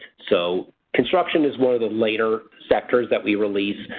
so construction is one of the later sectors that we release.